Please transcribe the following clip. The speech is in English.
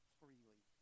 freely